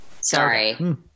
Sorry